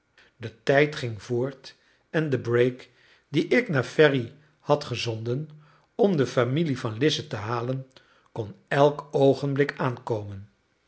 de tijd ging voort en de break die ik naar ferry had gezonden om de familie van lize te halen kon elk oogenblik aankomen